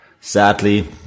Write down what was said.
sadly